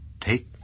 Take